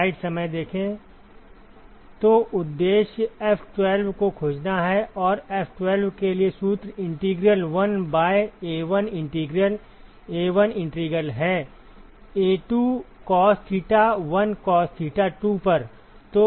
तो उद्देश्य F12 को खोजना है और F12 के लिए सूत्र integral 1 by A1 integral A1 integral है A2 cos θ 1 cos θ 2 पर